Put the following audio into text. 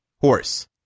Horse